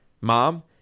mom